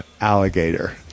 alligator